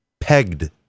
pegged